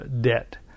debt